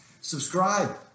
subscribe